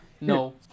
No